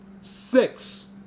six